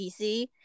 PC